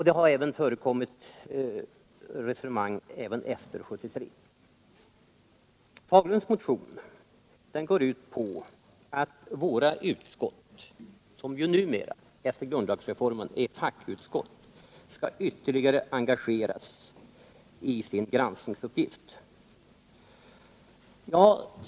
Det har förekommit resonemang även efter 1973. Motionen går ut på att utskotten, som numera efter grundlagsreformen är fackutskott, skall ytterligare engageras i sin granskningsuppgift.